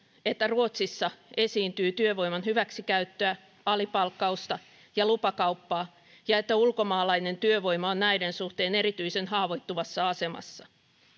että ruotsissa esiintyy työvoiman hyväksikäyttöä alipalkkausta ja lupakauppaa ja että ulkomaalainen työvoima on näiden suhteen erityisen haavoittuvassa asemassa